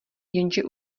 jenže